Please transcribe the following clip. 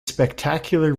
spectacular